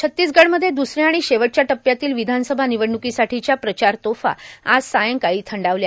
छत्तीसगडमध्ये दुसऱ्या आाण शेवटच्या टप्प्यातील ांवधानसभा ांनवडणुकांसाठांच्या प्रचार तोफा आज सायंकाळी थंडावल्या